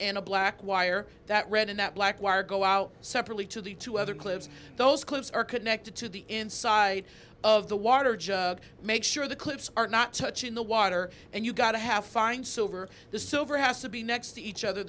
and a black wire that red and that black wire go out separately to the two other clips those clips are connected to the inside of the water just make sure the clips are not touching the water and you got to have find silver the silver has to be next to each other